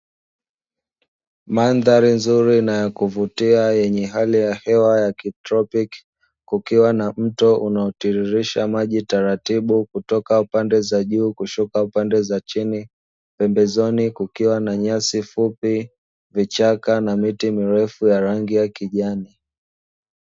Mandhari nzuri na ya kuvutia yenye hali ya hewa ya kitropic, kukiwa na mto unaotiririsha maji taratibu kutoka pande za juu kushuka pande za chini, pembezoni kukiwa na nyasi fupi vichaka na miti mirefu ya rangi ya kijani.